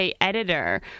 editor